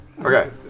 Okay